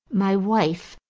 my wife,